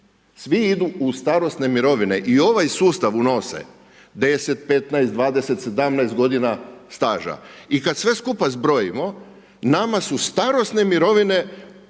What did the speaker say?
Svi idu u starosne mirovine i ovaj sustav unose, 10, 15, 20, 17 godina staža. I kad sve skupa zbrojimo, nama su starosne mirovine